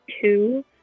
two